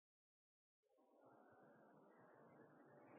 statsråd